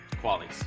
qualities